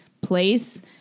place